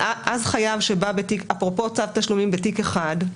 אבל אז חייב שבא אפרופו צו תשלומים בתיק אחד,